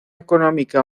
económica